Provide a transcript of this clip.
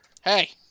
hey